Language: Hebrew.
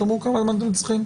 תאמרו כמה זמן אתם צריכים.